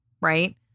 right